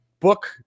Book